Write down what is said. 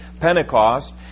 Pentecost